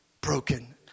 broken